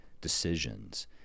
decisions